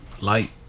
Light